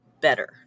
better